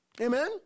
amen